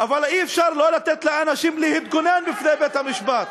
אבל אי-אפשר לא לתת לאנשים להתגונן בפני בית-המשפט.